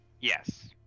Yes